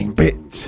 bit